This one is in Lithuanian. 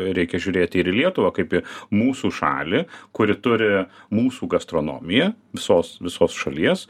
reikia žiūrėti ir į lietuvą kaip į mūsų šalį kuri turi mūsų gastronomiją visos visos šalies